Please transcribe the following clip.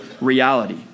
reality